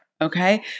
Okay